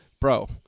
Bro